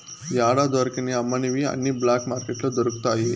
యాడా దొరకని అమ్మనివి అన్ని బ్లాక్ మార్కెట్లో దొరుకుతాయి